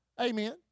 Amen